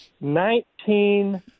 Nineteen